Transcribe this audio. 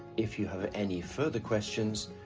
if you have ah any further questions,